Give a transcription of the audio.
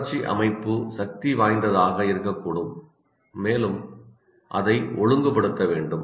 உணர்ச்சி அமைப்பு சக்திவாய்ந்ததாக இருக்கக்கூடும் மேலும் அதை ஒழுங்குபடுத்த வேண்டும்